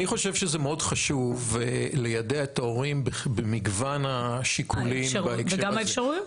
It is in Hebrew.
אני חושב שזה מאוד חשוב ליידע את ההורים במגוון השיקולים בהקשר הזה.